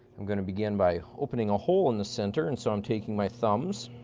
i'm going to begin by opening a hole in the center, and so i'm taking my thumbs